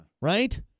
right